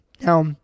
Now